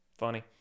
funny